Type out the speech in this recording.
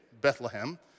Bethlehem